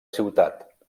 ciutat